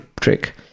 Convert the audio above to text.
trick